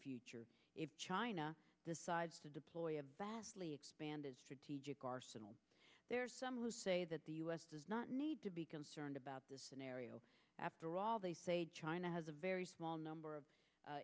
future if china decides to deploy a vastly expanded strategic arsenal there are some who say that the u s does not need to be concerned about this scenario after all they say china has a very small number of